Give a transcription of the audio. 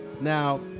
Now